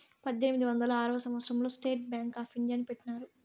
పద్దెనిమిది వందల ఆరవ సంవచ్చరం లో స్టేట్ బ్యాంక్ ఆప్ ఇండియాని పెట్టినారు